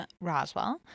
Roswell